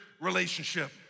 relationship